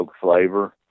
flavor